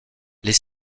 les